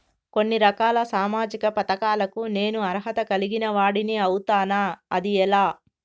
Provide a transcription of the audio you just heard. కొన్ని రకాల సామాజిక పథకాలకు నేను అర్హత కలిగిన వాడిని అవుతానా? అది ఎలా?